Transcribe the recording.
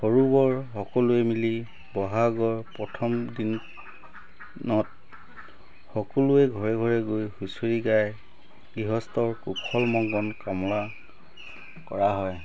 সৰু বৰ সকলোৱে মিলি বহাগৰ প্ৰথম দিনত সকলোৱে ঘৰে ঘৰে গৈ হুঁচৰি গায় গৃহস্থৰ কুশল মংগল কামনা কৰা হয়